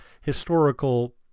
historical